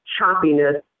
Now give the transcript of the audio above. choppiness